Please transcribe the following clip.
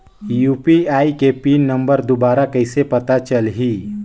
UPI के pin number दुबारा कइसे पता चलही?